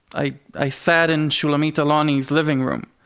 i i sat in shulamit aloni's living room!